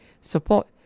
support